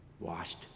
washed